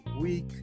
week